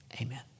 amen